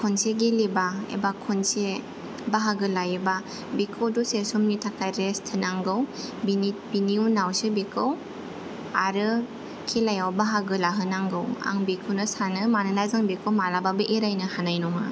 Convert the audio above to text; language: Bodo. खनसे गेलेबा एबा खनसे बाहागो लायोबा बेखौ दसे समनि थाखाय रेस्त होनांगौ बिनि बिनि उनावसो बेखौ आरो खेलायाव बाहागो लाहोनांगौ आं बेखौनो सानो मानोना जों बेखौ मालाबाबो एरायनो हानाय नङा